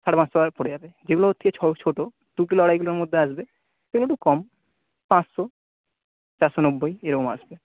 সাড়ে পাঁচশো পড়ে যাবে যেগুলো ওর থেকে ছোটো দু কিলো আড়াই কিলোর মধ্যে আসবে সেগুলো একটু কম পাঁচশো চারশো নব্বই এরকম আসবে